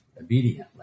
obediently